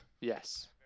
Yes